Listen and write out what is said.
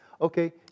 Okay